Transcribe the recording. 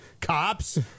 Cops